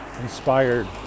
inspired